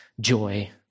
joy